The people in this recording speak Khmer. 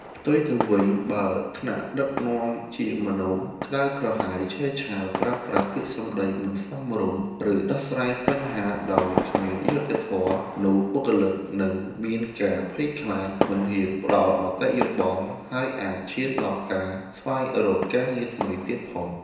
ផ្ទុយទៅវិញ បើថ្នាក់ដឹកនាំជាមនុស្សក្ដៅក្រហាយ ឆេវឆាវ ប្រើប្រាស់ពាក្យសម្ដីមិនសមរម្យ ឬដោះស្រាយបញ្ហាដោយគ្មានយុត្តិធម៌ នោះបុគ្គលិកនឹងមានការភ័យខ្លាច មិនហ៊ានផ្ដល់មតិយោបល់ ហើយអាចឈានដល់ការស្វែងរកការងារថ្មីទៀតផង។